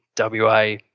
WA